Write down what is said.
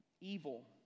evil